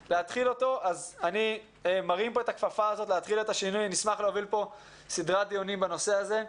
אני מרים את הכפפה ואשמח להוביל סדרת דיונים בנושא הזה.